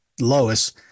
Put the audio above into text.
Lois